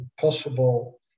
possible